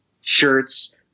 shirts